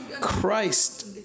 Christ